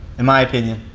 in my opinion.